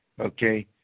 okay